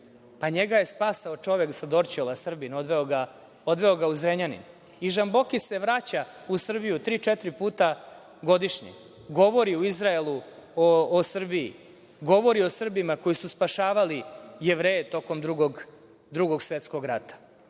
pa njega je spasao čovek sa Dorćola, Srbin, odveo ga u Zrenjanin. Žamboki se vraća u Srbiju tri, četiri puta godišnje. Govori u Izraelu o Srbiji. Govori o Srbima koji su spašavali Jevreje tokom Drugog svetskog rata,